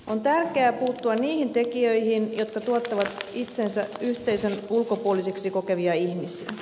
on tärkeää puuttua niihin tekijöihin jotka tuottavat itsensä yhteisön ulkopuolisiksi kokevia ihmisiä